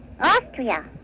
Austria